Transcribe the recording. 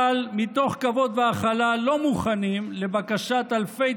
אבל מתוך כבוד והכלה לא מוכנים לבקשת אלפי